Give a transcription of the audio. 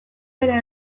bera